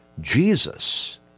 Jesus